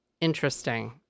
interesting